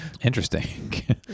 Interesting